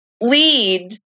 lead